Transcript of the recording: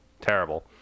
Terrible